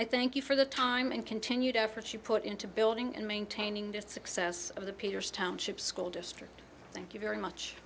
i thank you for the time and continued effort you put into building and maintaining the success of the peters township school district thank you very much